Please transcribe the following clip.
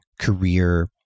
career